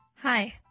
Hi